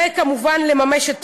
וכמובן לממש את פסק-הדין.